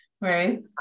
Right